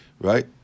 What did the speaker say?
right